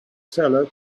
seller